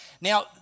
Now